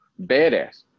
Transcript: badass